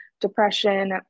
depression